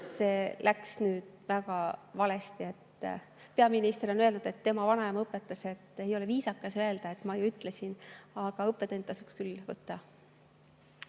see läks nüüd väga valesti. Peaminister on öelnud, et tema vanaema õpetas, et ei ole viisakas öelda: "Ma ju ütlesin!" Aga õppetunnina tasuks seda küll võtta.